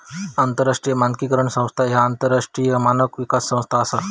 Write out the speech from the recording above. आंतरराष्ट्रीय मानकीकरण संस्था ह्या आंतरराष्ट्रीय मानक विकास संस्था असा